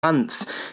Months